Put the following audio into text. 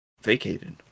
vacated